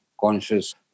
conscious